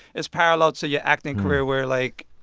it's parallel to your acting career where, like,